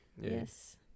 Yes